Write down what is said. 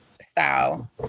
style